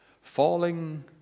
falling